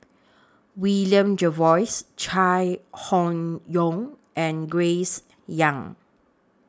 William Jervois Chai Hon Yoong and Grace Young